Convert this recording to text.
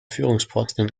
führungsposten